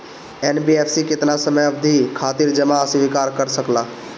NBFC केतना समयावधि खातिर जमा स्वीकार कर सकला?